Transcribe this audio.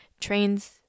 trains